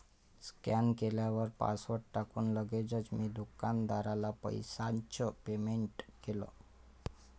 scan केल्यावर password टाकून लगेचच मी दुकानदाराला पैशाचं पेमेंट केलं